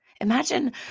Imagine